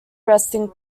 resting